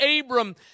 Abram